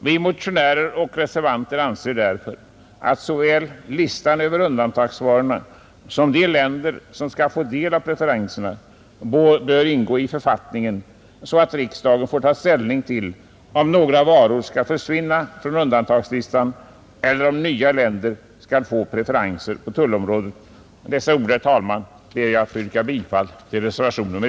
Vi motionärer och reservanter anser därför att såväl listan över undantagsvarorna som de länder som får del av preferenserna bör ingå i författningen så att riksdagen får ta ställning till om några varor skall försvinna från undantagslistan eller om nya länder skall få preferenser på tullområdet. Med dessa ord, herr talman, ber jag att få yrka bifall till reservation nr